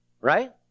right